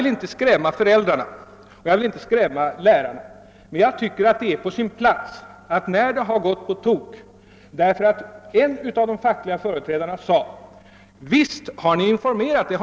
En av de fackliga företrädarna sade: Visst har ni informerat, men informationen har inte gått hem. Lärarna känner sig inte informerade.